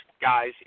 guys